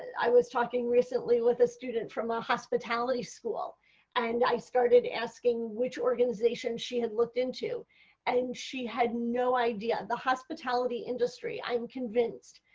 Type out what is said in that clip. i was talking recently with a student from a hospitality school and i started asking which organization she had looked into and she had no idea. the hospitality industry, i am convinced,